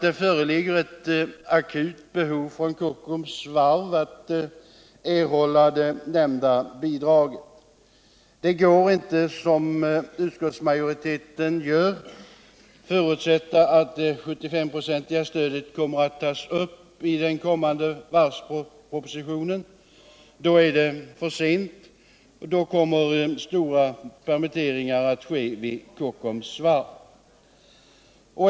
Det föreligger ett akut behov från Kockums varv att erhålla det nämnda bidraget. Det går inte att, som utskottsmajoriteten gör, förutsätta att det 75-procentiga stödet kommer att arbetas in i den kommande varvspropositionen. Då är det för sent, och stora permitteringar har måst ske vid Kockums varv.